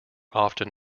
often